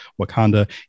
Wakanda